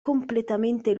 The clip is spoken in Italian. completamente